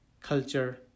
culture